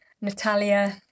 Natalia